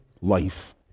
life